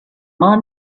mind